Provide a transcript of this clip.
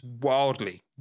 wildly